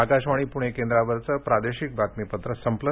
आकाशवाणी पुणे केंद्रावरचं प्रादेशिक बातमीपत्र संपलं